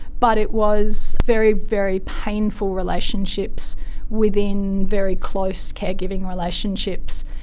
but it was very, very painful relationships within very close caregiving relationships.